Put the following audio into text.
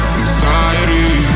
anxiety